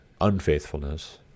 unfaithfulness